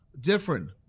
different